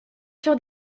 sur